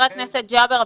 חבר הכנסת ג'אבר,